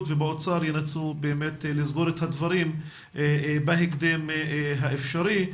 ובאוצר ינסו באמת לסגור את הדברים בהקדם האפשרי,